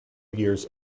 years